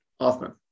Offman